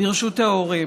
ברשות ההורים.